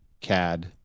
Cad